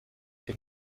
dem